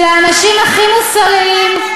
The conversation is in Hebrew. של האנשים הכי מוסריים,